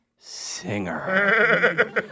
singer